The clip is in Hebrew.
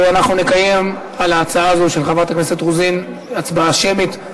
אנחנו נקיים על ההצעה הזו של חברת הכנסת רוזין הצבעה שמית.